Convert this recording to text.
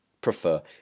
prefer